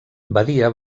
badia